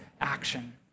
action